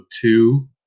two